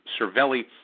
Cervelli